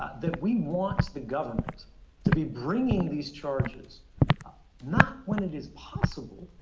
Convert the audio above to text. that we want the government to be bringing these charges not when it is possible,